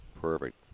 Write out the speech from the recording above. perfect